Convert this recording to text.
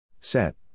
Set